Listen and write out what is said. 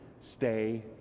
stay